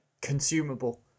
consumable